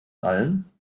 allen